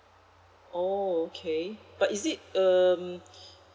oh okay but is it um